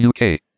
UK